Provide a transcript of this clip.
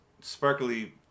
sparkly